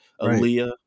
Aaliyah